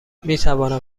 میتوانم